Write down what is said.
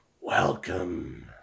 Welcome